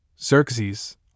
Xerxes